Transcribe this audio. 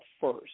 first